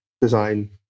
design